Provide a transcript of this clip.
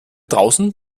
draußen